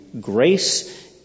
grace